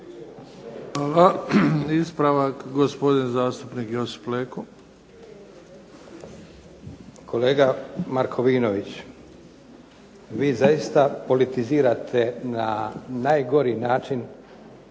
Hvala. Ispravak gospodin zastupnik Josip Leko. **Leko, Josip (SDP)** Kolega Markovinović, vi zaista politizirate na najgori način